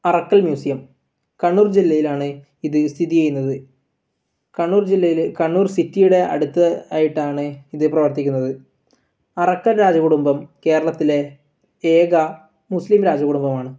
Arakkal museum Kannur ജില്ലയിലാണ് ഇത് സ്ഥിതിചെയ്യുന്നത് കണ്ണൂർ ജില്ലയിൽ കണ്ണൂർ സിറ്റിയുടെ അടുത്തായിട്ടാണ് ഇത് പ്രവർത്തിക്കുന്നത് അറക്കൽ രാജകുടുംബം കേരളത്തിലെ ഏക മുസ്സ്ലീം രാജകുടുംബമാണ്